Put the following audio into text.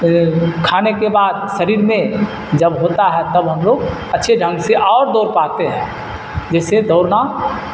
کھانے کے بعد شریر میں جب ہوتا ہے تب ہم لوگ اچھے ڈھنگ سے اور دوڑ پاتے ہیں جیسے دوڑنا